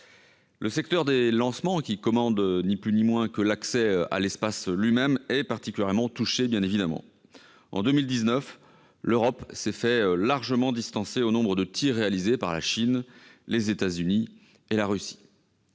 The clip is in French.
Le secteur des lancements, qui commande ni plus ni moins que l'accès à l'espace lui-même, est bien évidemment particulièrement touché. En 2019, l'Europe s'est fait largement distancer, au nombre de tirs réalisés, par la Chine, les États-Unis et la Russie.